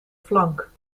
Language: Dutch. flank